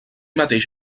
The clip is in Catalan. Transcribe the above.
mateix